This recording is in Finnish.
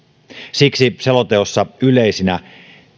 siksi selonteossa yleisinä